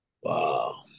Wow